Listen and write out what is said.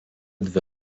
dvi